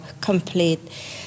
complete